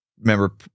remember